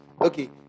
Okay